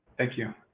thank you.